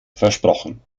versprochen